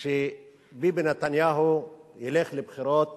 שביבי נתניהו ילך לבחירות